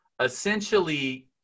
essentially